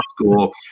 school